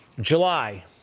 July